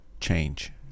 change